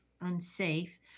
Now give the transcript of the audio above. unsafe